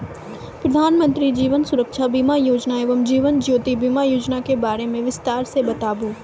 प्रधान मंत्री जीवन सुरक्षा बीमा योजना एवं जीवन ज्योति बीमा योजना के बारे मे बिसतार से बताबू?